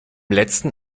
letzen